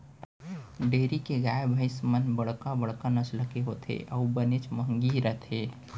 dairy के गाय भईंस मन बड़का बड़का नसल के होथे अउ बनेच महंगी रथें